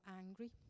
angry